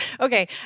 Okay